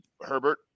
Herbert